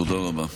תודה רבה.